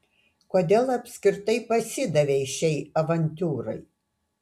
kodėl apskritai pasidavei šiai avantiūrai